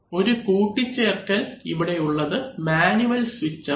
ഒരു കൂട്ടിച്ചേർക്കൽ ഇവിടെയുള്ളത് മാനുവൽ സ്വിച്ച് ആണ്